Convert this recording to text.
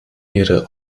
ihre